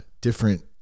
different